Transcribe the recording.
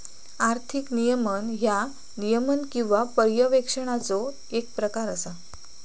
आर्थिक नियमन ह्या नियमन किंवा पर्यवेक्षणाचो येक प्रकार असा